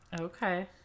Okay